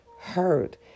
hurt